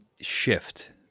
shift